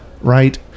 right